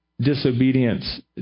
disobedience